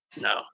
No